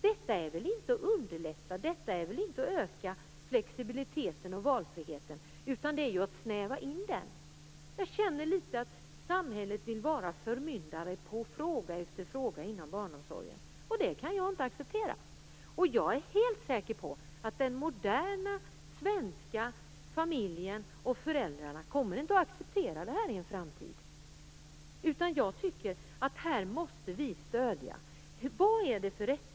Det innebär väl inte att man underlättar eller att man ökar flexibiliteten och valfriheten, utan det innebär att man snävar in på detta. Jag känner litet grand att samhället vill vara förmyndare när det gäller fråga efter fråga inom barnomsorgen. Det kan jag inte acceptera. Jag är helt säker på att de moderna svenska familjerna inte kommer att acceptera detta i framtiden. Jag tycker att vi i detta sammanhang måste stödja familjerna.